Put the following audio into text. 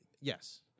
yes